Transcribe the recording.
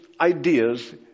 ideas